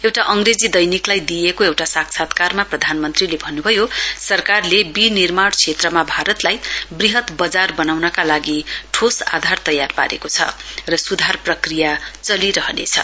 एउटा अङ्ग्रेजी दैनिकलाई आज दिइएको एउटा साक्षात्कारमा प्रधानमन्त्रीले भन्नुभयो सरकारले विनिर्माण क्षेत्र भारतलाई वृहत वजार वनाउनका लागि ठोस आधार तयार पारेको छ र सुधार प्रक्रिया चलिरहनेछ